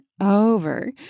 over